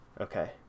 okay